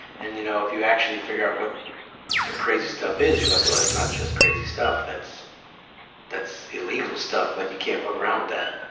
and you know, if you actually figure out what the crazy stuff is you're like, well, that's not just crazy stuff. that's that's illegal stuff. like, you can't fuck around with that.